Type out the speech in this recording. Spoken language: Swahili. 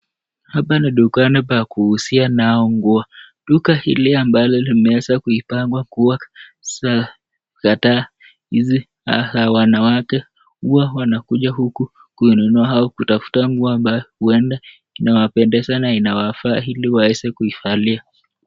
Hapa ni dukani pa kuuzia nao nguo, duka hili amabyo limeweza kupangwa nguo kadhaa za wanawake huwa wanakuja huku kununua au kutafuta nguo ambayo huenda inawapendeza na inawafaa ili waeze kuivalia.